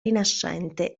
rinascente